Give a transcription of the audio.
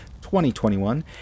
2021